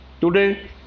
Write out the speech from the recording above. Today